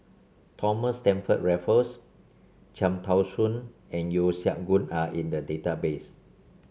Thomas Stamford Raffles Cham Tao Soon and Yeo Siak Goon are in the database